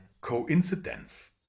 coincidence